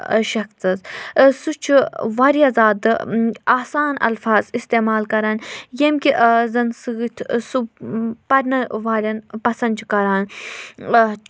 شخصَس سُہ چھُ واریاہ زیادٕ آسان اَلفاظ اِستعمال کَران ییٚمہِ کہِ زَن سۭتۍ سُہ پَرنہٕ والٮ۪ن پَسنٛد چھُ کَران